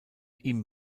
ihm